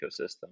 ecosystem